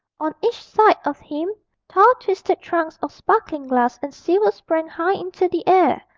on each side of him tall twisted trunks of sparkling glass and silver sprang high into the air,